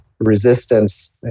resistance